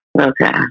Okay